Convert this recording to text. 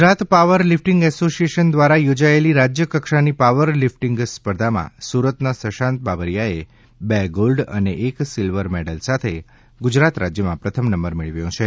Gujarat power lifting association દ્વારા યોજાયેલી રાજ્યકક્ષાની પાવર લિફટીંગ સ્પર્ધામાં સુરતના સશાંત બાબરીયાએ બે ગોલ્ડ અને એક સિલ્વર મેડલ સાથે ગુજરાત રાજ્યમાં પ્રથમ નંબર મેળવ્યો છે